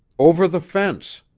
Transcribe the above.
over the fence.